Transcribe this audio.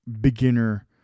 beginner